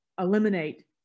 eliminate